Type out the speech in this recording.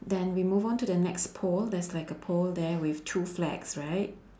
then we move on to the next pole there's like a pole there with two flags right